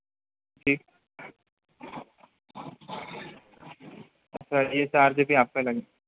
sir यह charge भी आपका ही लगेगा